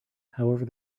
however